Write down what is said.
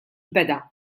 beda